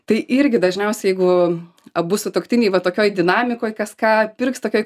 tai irgi dažniausiai jeigu abu sutuoktiniai va tokioj dinamikoj kas ką pirks tokioj